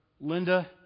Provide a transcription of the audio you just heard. Linda